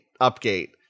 upgate